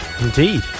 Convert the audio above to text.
indeed